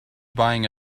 buying